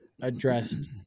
addressed